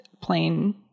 plain